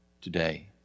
today